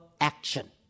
action